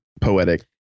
poetic